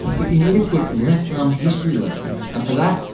but you need a quick left arm history lesson and, for that,